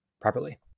properly